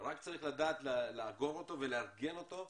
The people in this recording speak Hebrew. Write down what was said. רק צריך לדעת לאגור אותו ולארגן אותו,